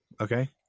okay